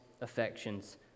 affections